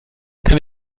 kann